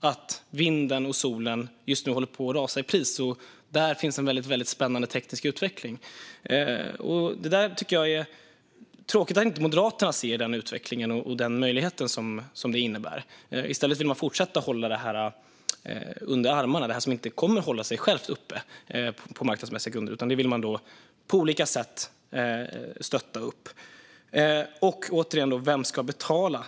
att vind och sol just nu håller på att rasa i pris. Där finns en spännande teknisk utveckling. Det är tråkigt att Moderaterna inte ser den möjlighet som den utvecklingen innebär utan i stället vill fortsätta att hålla detta under armarna - det kommer inte att hålla sig självt uppe på marknadsmässiga grunder. Och återigen: Vem ska betala?